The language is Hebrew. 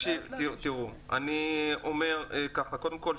קודם כול,